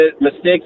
mistakes